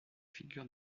figure